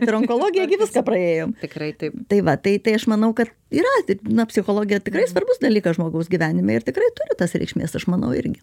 ir onkologiją gi viską praėjom tikrai taip tai va tai tai aš manau kad yra taip na psichologija tikrai svarbus dalykas žmogaus gyvenime ir tikrai turi tas reikšmės aš manau irgi